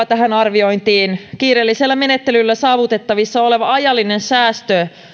tähän arviointiin kiireellisellä menettelyllä saavutettavissa oleva ajallinen säästö